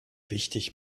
wichtig